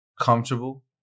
comfortable